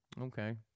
okay